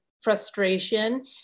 frustration